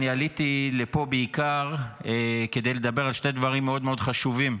עליתי לפה בעיקר כדי לדבר על שני דברים מאוד מאוד חשובים.